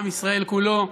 עם ישראל כולו,